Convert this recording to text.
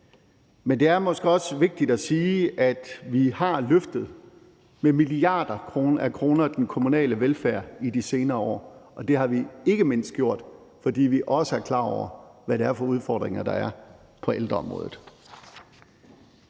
Men det er måske også vigtigt at sige, at vi har løftet den kommunale velfærd med milliarder af kroner i de senere år, og det har vi ikke mindst gjort, fordi vi også er klar over, hvad det er for udfordringer, der er på ældreområdet.